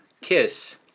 KISS